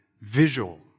visual